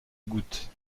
goutte